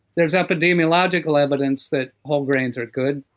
there's epidemiological evidence that whole grains are good.